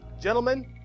Gentlemen